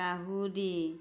কাহুদি